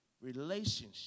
relationship